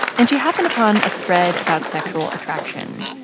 and she happened upon a thread about sexual attraction.